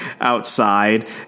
outside